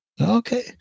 Okay